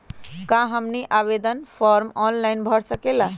क्या हमनी आवेदन फॉर्म ऑनलाइन भर सकेला?